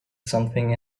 something